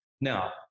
Now